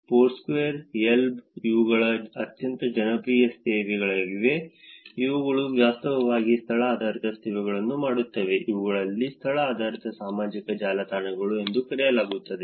Foursquare Yelp ಇವುಗಳು ಅತ್ಯಂತ ಜನಪ್ರಿಯ ಸೇವೆಗಳಾಗಿವೆ ಇವುಗಳು ವಾಸ್ತವವಾಗಿ ಸ್ಥಳ ಆಧಾರಿತ ಸೇವೆಗಳನ್ನು ಮಾಡುತ್ತವೆ ಇವುಗಳನ್ನು ಸ್ಥಳ ಆಧಾರಿತ ಸಾಮಾಜಿಕ ಜಾಲತಾಣಗಳು ಎಂದು ಕರೆಯಲಾಗುತ್ತದೆ